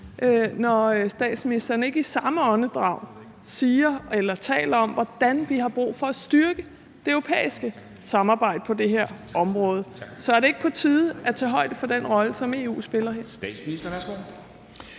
når statsministeren ikke i samme åndedrag taler om, hvordan vi har brug for at styrke det europæiske samarbejde på det her område. Så er det ikke på tide at tage højde for den rolle, som EU spiller her?